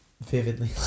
vividly